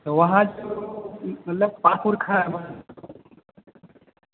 तो वहाँ जो मतलब पार्क पूर्क है वहाँ